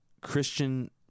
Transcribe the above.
Christian